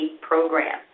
program